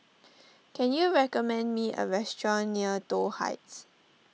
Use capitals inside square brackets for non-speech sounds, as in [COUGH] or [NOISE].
[NOISE] can you recommend me a restaurant near Toh Heights